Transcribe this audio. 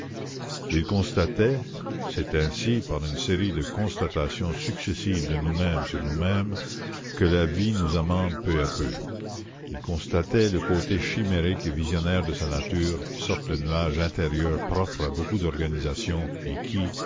il constatait c'est ainsi par une série de constatations successives de nous-mêmes sur nous-mêmes que la vie nous amende peu à peu il constatait le côté chimérique et visionnaire de sa nature sorte de nuage intérieur propre à beaucoup d'organisations et qui